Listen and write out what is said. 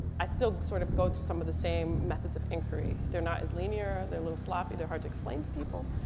i still sort of go through some of the same methods of inquiry. they're not as linear. they're a little sloppy. they're hard to explain to people.